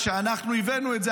כשאנחנו הבאנו את זה,